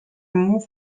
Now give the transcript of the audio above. remove